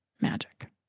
magic